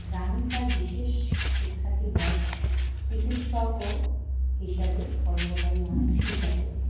গ্রামে তার বিশেষ সুখ্যাতি হয় চিকিৎসক ও হিসাবে পরোপকারী মানুষ হিসাবেও